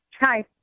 Hi